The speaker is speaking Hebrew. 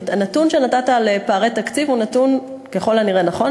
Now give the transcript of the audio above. הנתון שנתת על פערי תקציב הוא ככל הנראה נכון,